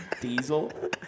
Diesel